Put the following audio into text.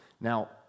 Now